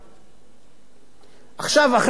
עכשיו, אחרי שאני אומר את הדברים האלה,